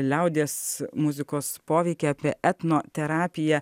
liaudies muzikos poveikį apie etnoterapiją